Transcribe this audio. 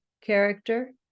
character